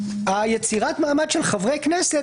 יצירת מעמד של חברי כנסת,